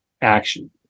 action